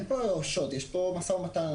אין פה "שוט" יש פה משא ומתן.